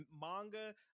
manga